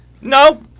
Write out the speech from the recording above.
No